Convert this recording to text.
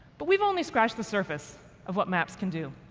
but we've only scratched the surface of what maps can do.